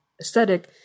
aesthetic